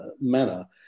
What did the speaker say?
manner